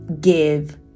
give